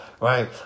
right